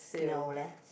no leh